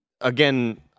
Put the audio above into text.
again